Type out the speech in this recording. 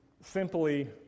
simply